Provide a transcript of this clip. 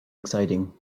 exciting